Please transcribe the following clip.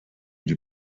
die